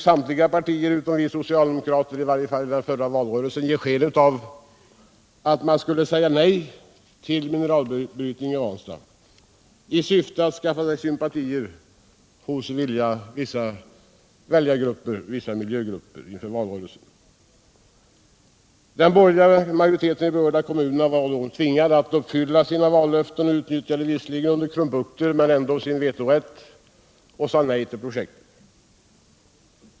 Samtliga partier utom det socialdemokratiska ville — i varje fall under valrörelsen — ge sken av att man skulle säga nej till mineralbrytning i Ranstad, i syfte att skaffa sig sympatier hos vissa väljaroch miljögrupper inför valrörelsen. Den borgerliga majoriteten i de berörda kommunerna var nu tvingad att uppfylla sina vallöften och utnyttjade — visserligen under en del krumbukter — sin vetorätt och sade nej till Mineralprojekt Ranstad.